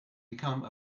become